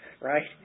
right